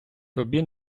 тобі